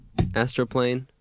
astroplane